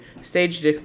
Stage